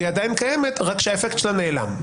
והיא עדיין קיימת רק שהאפקט שלה נעלם.